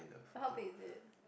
how big is it